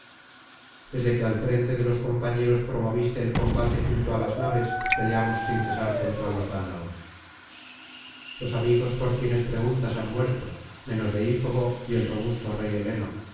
desde que al frente de los compañeros promoviste el combate junto á las naves peleamos sin cesar contra los dáñaos los amigos por quienes preguntas han muerto menos deífobo y el robusto rey heleno